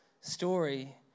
story